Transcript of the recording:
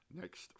next